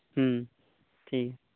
ᱦᱮᱸ ᱴᱷᱤᱠ